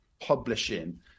publishing